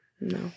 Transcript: no